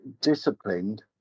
disciplined